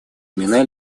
имена